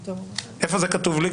איפה זה כתוב לי?